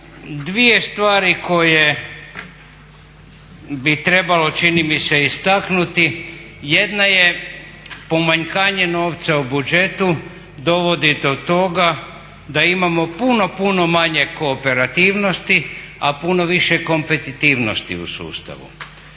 Dvije stvari koje bi trebalo čini mi se istaknuti, jedna je pomanjkanje novca u budžetu dovodi do toga da imamo puno, puno manje kooperativnosti a puno više kompetitivnosti u sustavu.